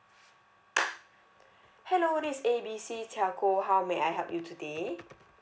hello this is A B C telco how may I help you today